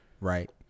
right